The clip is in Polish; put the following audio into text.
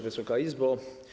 Wysoka Izbo!